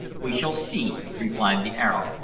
we shall see, replied the arab,